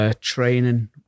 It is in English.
Training